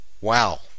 Wow